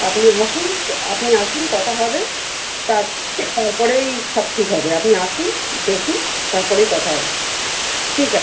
আপনি আসুন আপনি আসুন কথা হবে তার তারপরেই সব ঠিক হবে আপনি আসুন দেখুন তারপরেই কথা হবে ঠিক আছে